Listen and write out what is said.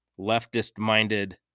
leftist-minded